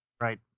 Right